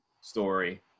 story